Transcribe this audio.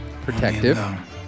Protective